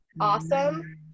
awesome